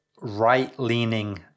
right-leaning